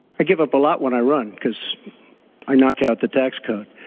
i give up a lot when i run because i knockout the tax code.